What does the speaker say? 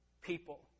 people